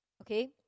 okay